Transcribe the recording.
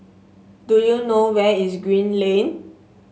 do you know where is Green Lane